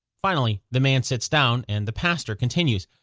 finally, the man sits down and the pastor continues.